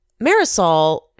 Marisol